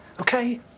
Okay